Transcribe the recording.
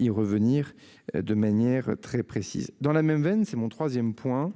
Y revenir de manière très précise dans la même veine, c'est mon 3ème point.